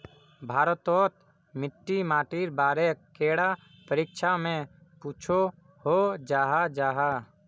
भारत तोत मिट्टी माटिर बारे कैडा परीक्षा में पुछोहो जाहा जाहा?